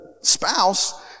spouse